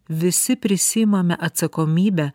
visi prisiimame atsakomybę